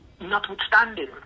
notwithstanding